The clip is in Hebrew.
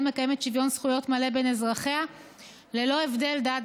מקיימת שוויון זכויות מלא בין אזרחיה ללא הבדל דת,